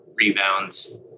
rebounds